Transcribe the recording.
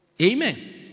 Amen